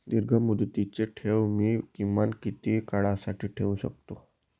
दीर्घमुदतीचे ठेव मी किमान किती काळासाठी ठेवू शकतो?